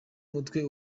mutwe